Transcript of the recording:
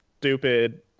stupid